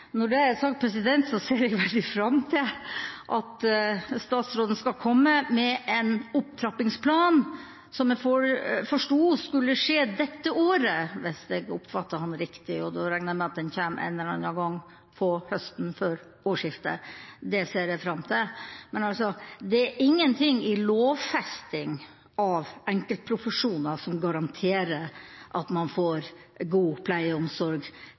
Når det er sagt, ser jeg veldig fram til at statsråden skal komme med en opptrappingsplan, som jeg forsto skulle skje dette året – hvis jeg oppfattet ham riktig. Da regner jeg med at den kommer en eller annen gang til høsten, før årsskiftet. Det ser jeg fram til. Men det er ingenting i lovfesting av enkeltprofesjoner som garanterer at man får god